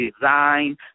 design